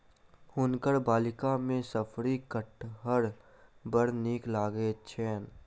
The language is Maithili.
हुनकर बालिका के शफरी कटहर बड़ नीक लगैत छैन